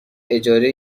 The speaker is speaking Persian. اجاره